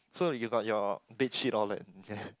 so you got your bed sheet all that